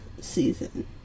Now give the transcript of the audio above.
season